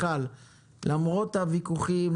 למרות הוויכוחים,